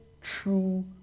true